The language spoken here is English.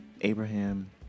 Abraham